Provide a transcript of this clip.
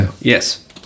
Yes